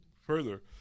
further